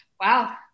wow